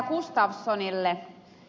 gustafssonille